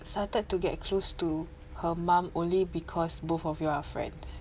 started to get close to her mum only because both of you are friends